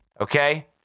okay